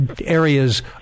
areas